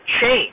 change